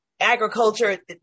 Agriculture